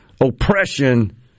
oppression